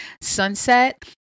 sunset